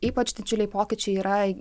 ypač didžiuliai pokyčiai yra